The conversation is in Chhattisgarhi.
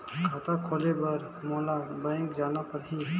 खाता खोले बर मोला बैंक जाना परही?